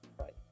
Right